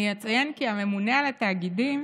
אני אציין כי הממונה על התאגידים